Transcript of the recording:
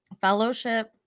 fellowship